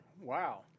Wow